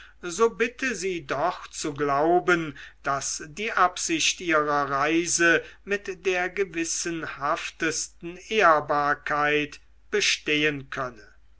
so bitte sie doch zu glauben daß die absicht ihrer reise mit der gewissenhaftesten ehrbarkeit bestehen könne